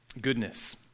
goodness